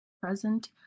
Present